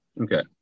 Okay